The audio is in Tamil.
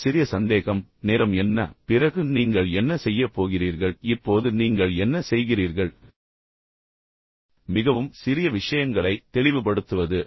ஒரு சிறிய சந்தேகம் நேரம் என்ன பிறகு நீங்கள் என்ன செய்யப் போகிறீர்கள் இப்போது நீங்கள் என்ன செய்கிறீர்கள் மிகவும் சிறிய விஷயங்களை தெளிவுபடுத்துவது